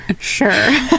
sure